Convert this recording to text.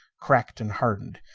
cracked and hardened.